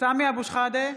סמי אבו שחאדה,